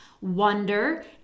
wonder